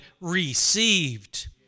received